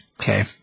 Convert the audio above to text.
Okay